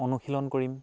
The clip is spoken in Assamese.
অনুশীলন কৰিম